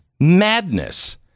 Madness